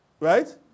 right